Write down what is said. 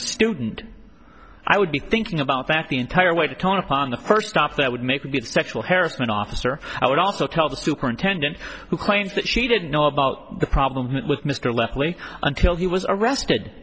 a student i would be thinking about that the entire way to tone upon the first stop that would make a good sexual harassment officer i would also tell the superintendent who claims that she didn't know about the problem with mr leslie until he was arrested